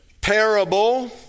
parable